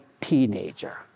teenager